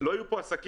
לא יהיו פה עסקים.